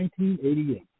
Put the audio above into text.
1988